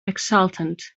exultant